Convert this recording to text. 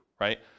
right